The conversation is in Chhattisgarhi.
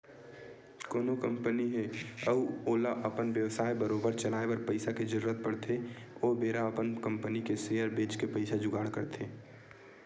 कोनो कंपनी हे अउ ओला अपन बेवसाय बरोबर चलाए बर पइसा के जरुरत पड़थे ओ बेरा अपन कंपनी के सेयर बेंच के पइसा जुगाड़ करथे